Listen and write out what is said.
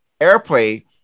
airplay